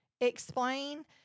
explain